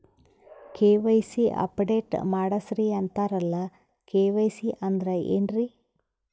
KYC update ಮಾಡಸ್ರೀ ಅಂತರಲ್ಲ KYC ಅಂದ್ರ ಏನ್ರೀ?